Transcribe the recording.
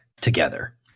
together